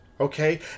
Okay